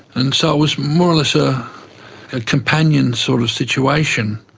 and so it was more or less a companion sort of situation.